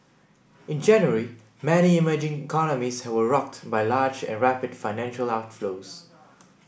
in January many emerging economies were rocked by large and rapid financial outflows